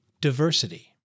Diversity